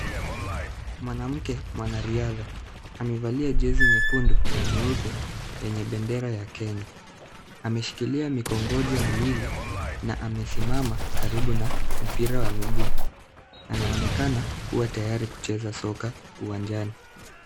Mwanamke mwanariadha amevalia jezi nyekundu na nyeupe yenye bendera ya Kenya. Ameshikilia mikongojo miwili na amesimama karibu na mpira wa miguu. Anaonekana kuwa tayari kucheza soka uwanjani.